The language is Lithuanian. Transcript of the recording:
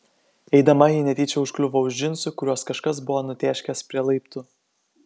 eidama ji netyčia užkliuvo už džinsų kuriuos kažkas buvo nutėškęs prie laiptų